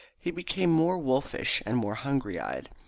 he became more wolfish and more hungry-eyed.